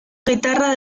guitarra